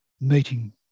Meeting